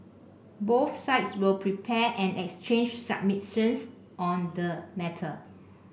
both sides will prepare and exchange submissions on the matter